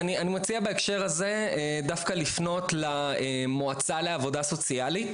אני מציע בהקשר הזה דווקא לפנות למועצה לעבודה סוציאלית,